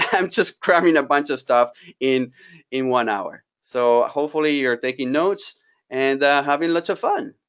i'm just cramming a bunch of stuff in in one hour. so hopefully you're taking notes and having lots of fun.